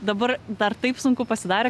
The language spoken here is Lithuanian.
dabar dar taip sunku pasidarė